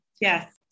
Yes